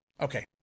Okay